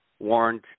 Warned